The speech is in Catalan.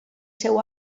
seu